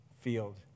field